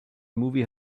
movie